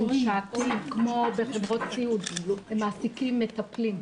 עובדים שעתיים כמו בחברות סיעוד שמעסיקים בהן מטפלים,